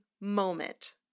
moment